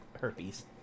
herpes